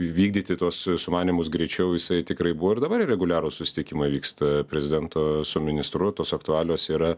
vykdyti tuos sumanymus greičiau jisai tikrai buvo ir dabar reguliarūs susitikimai vyksta prezidento su ministru tos aktualijos yra